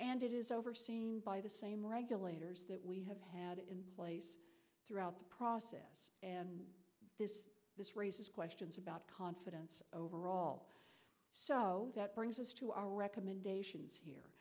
and it is overseen by the same regulators that we have had in place throughout the process and this raises questions about confidence overall so that brings us to our recommendations